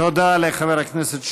תודה לחבר הכנסת שמולי.